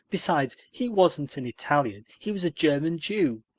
besides, he wasn't an italian he was a german jew.